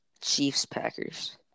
Chiefs-Packers